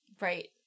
Right